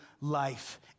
life